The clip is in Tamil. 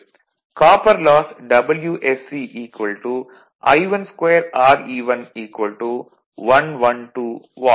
copper loss WSC I12Re1 112 what